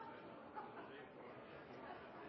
Andersen,